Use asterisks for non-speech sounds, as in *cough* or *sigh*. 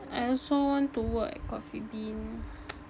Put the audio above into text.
I also want to work at Coffee Bean *noise*